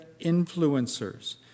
influencers